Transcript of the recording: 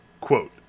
Quote